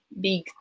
big